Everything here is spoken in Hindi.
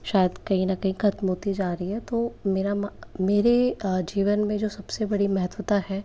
शायद कहीं न कहीं खत्म होती जा रही है तो मेरा मेरे जीवन में जो सबसे बड़ी महत्त्वता है